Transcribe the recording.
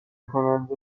کننده